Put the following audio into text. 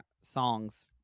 songs